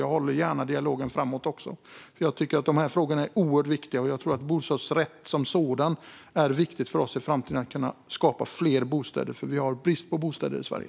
Jag fortsätter gärna dialogen framöver. Dessa frågor är oerhört viktiga. Jag tror att bostadsrätten som sådan är viktig för oss även i framtiden för att vi ska kunna skapa fler bostäder. Vi har ju brist på bostäder i Sverige.